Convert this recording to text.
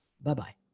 Bye-bye